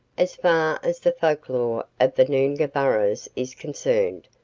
as far as the folklore of the noongahburrahs is concerned.